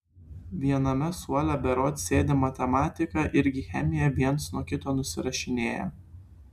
viename suole berods sėdi matematiką irgi chemiją viens nuo kito nusirašinėja